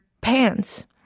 pants